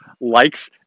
likes